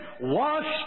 washed